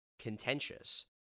contentious